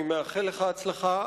אני מאחל לך הצלחה.